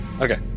Okay